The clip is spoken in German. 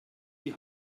die